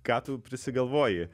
ką tu prisigalvoji